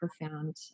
profound